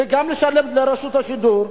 וגם לשלם לרשות השידור,